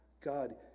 God